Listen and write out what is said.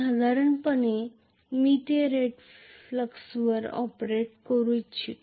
साधारणपणे मी ते रेट फ्लक्सवर ऑपरेट करू इच्छितो